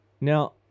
Now